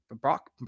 Brock